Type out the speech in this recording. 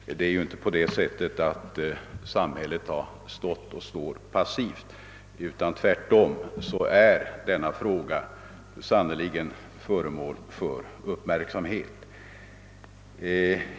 Samhället har ju inte stått och står inte i dag passivt; denna fråga är tvärtom föremål för stor uppmärksamhet.